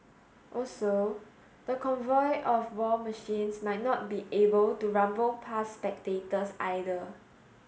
also the convoy of war machines might not be able to rumble past spectators either